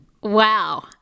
wow